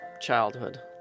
childhood